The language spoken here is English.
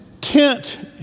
tent